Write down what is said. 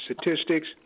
statistics